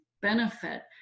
benefit